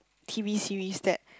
T_V series that